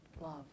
love